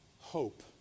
Hope